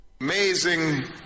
Amazing